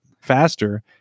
faster